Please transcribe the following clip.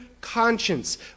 conscience